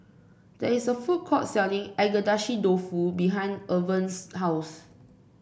there is a food court selling Agedashi Dofu behind Irven's house